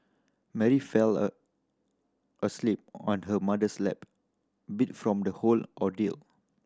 Mary fell a asleep on her mother's lap beat from the whole ordeal